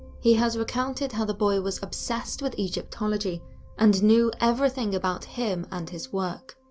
he has recounted how the boy was obsessed with egyptology and knew everything about him and his work.